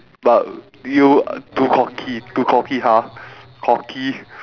but you uh too cocky too cocky ha cocky